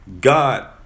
god